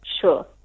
Sure